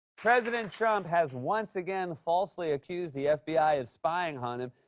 president trump has once again falsely accused the fbi of spying on him,